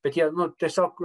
bet jie nu tiesiog